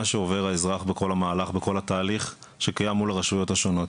שעובר האזרח בכל התהליך שקיים מול הרשויות השונות.